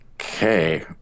Okay